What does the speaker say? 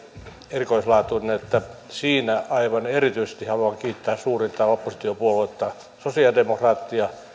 erikoislaatuinen että siinä aivan erityisesti haluan kiittää suurinta oppositiopuoluetta sosialidemokraatteja